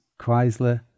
Chrysler